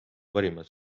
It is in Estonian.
parimad